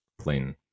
plain